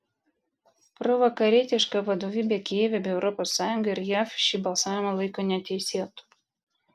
provakarietiška vadovybė kijeve bei europos sąjunga ir jav šį balsavimą laiko neteisėtu